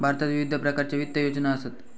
भारतात विविध प्रकारच्या वित्त योजना असत